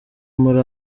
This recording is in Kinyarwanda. muri